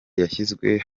yashyizwe